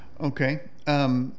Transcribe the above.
Okay